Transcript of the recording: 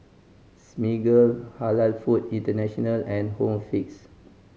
Smiggle Halal Food International and Home Fix